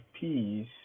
P's